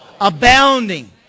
abounding